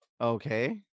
Okay